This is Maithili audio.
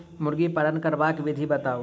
मुर्गी पालन करबाक विधि बताऊ?